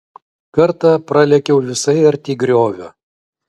kartą pralėkiau visai arti griovio